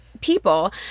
people